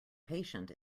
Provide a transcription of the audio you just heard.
patient